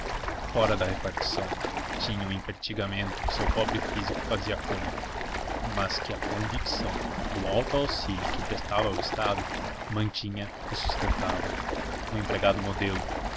fora da repartição tinha um empertigamento que o seu pobre físico fazia cômico mas que a convicção do alto auxílio que prestava ao estado mantinha e sustentava um empregado modelo